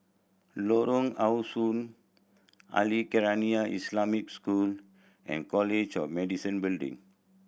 Lorong How Sun Al Khairiah Islamic School and College of Medicine Building